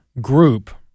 group